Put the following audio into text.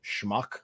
schmuck